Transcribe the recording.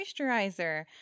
moisturizer